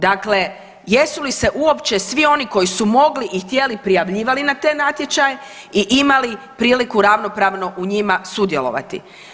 Dakle, jesu li se uopće svi oni koji su mogli i htjeli prijavljivali na te natječaje i imali priliku ravnopravno u njima sudjelovati.